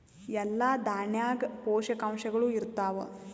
ಎಲ್ಲಾ ದಾಣ್ಯಾಗ ಪೋಷಕಾಂಶಗಳು ಇರತ್ತಾವ?